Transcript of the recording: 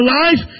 life